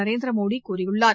நரேந்திர மோடி கூறியுள்ளார்